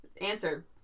Answer